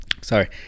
Sorry